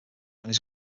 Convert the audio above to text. his